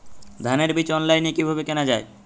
ধানের বীজ অনলাইনে কিভাবে কেনা যায়?